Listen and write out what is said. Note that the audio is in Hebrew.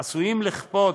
עשויה לכפות